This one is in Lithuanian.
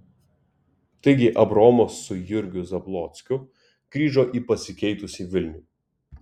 taigi abraomas su jurgiu zablockiu grįžo į pasikeitusį vilnių